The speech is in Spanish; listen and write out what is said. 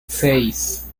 seis